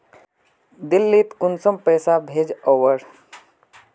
दिल्ली त कुंसम पैसा भेज ओवर?